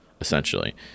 essentially